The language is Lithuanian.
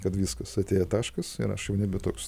kad viskas atėjo taškas ir aš jau nebe toks